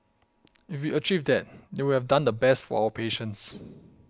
if we achieve that then we would have done the best for our patients